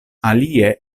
alie